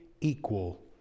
equal